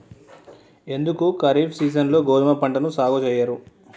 ఎందుకు ఖరీఫ్ సీజన్లో గోధుమ పంటను సాగు చెయ్యరు?